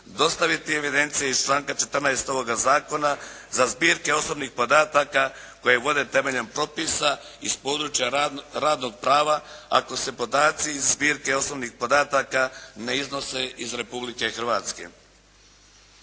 dostaviti evidencije iz članka 14. ovoga zakona za zbirke osobnih podataka koje vode temeljem propisa iz područja radnog prava ako se podaci iz zbirke osobnih podataka ne iznose iz Republike Hrvatske."